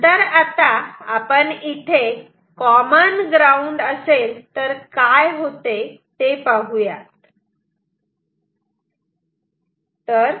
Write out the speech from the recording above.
नंतर आता आपण इथे कॉमन ग्राउंड असेल तर काय होते ते पाहूयात